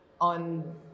on